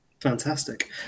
Fantastic